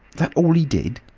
that all he did?